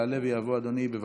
יעלה ויבוא אדוני, בבקשה.